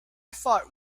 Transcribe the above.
thought